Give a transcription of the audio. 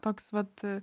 toks vat